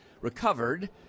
recovered